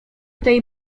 tej